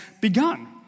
begun